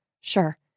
Sure